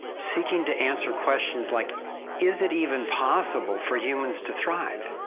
seeking to answer questions like is it even possible for humans to thrive?